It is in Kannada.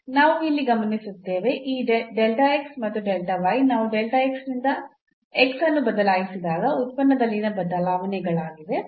ನಾವು ಇಲ್ಲಿ ಗಮನಿಸುತ್ತೇವೆ ಈ ಮತ್ತು ನಾವು ನಿಂದ ಅನ್ನು ಬದಲಾಯಿಸಿದಾಗ ಉತ್ಪನ್ನದಲ್ಲಿನ ಬದಲಾವಣೆಗಳಾಗಿವೆ